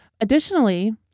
Additionally